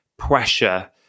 pressure